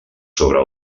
sobre